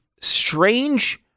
strange